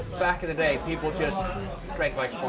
back in the day people just drank like